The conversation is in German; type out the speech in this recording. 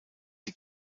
sie